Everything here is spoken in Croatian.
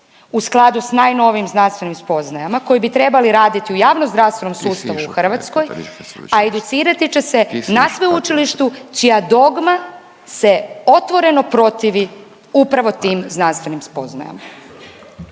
u skladu s najnovijim znanstvenim spoznajama koji bi trebali raditi u javnozdravstvenom sustavu u Hrvatskoj, a educirati će se ne sveučilištu čija dogma se otvoreno protivi upravo tim znanstvenim spoznajama.